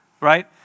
Right